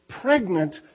Pregnant